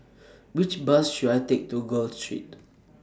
Which Bus should I Take to Gul Street